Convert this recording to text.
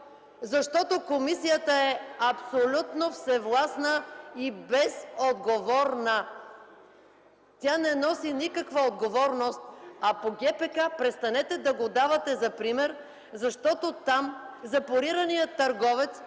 защото комисията е абсолютно всевластна и безотговорна. Тя не носи никаква отговорност. А ГПК престанете да го давате за пример, защото там запорираният търговец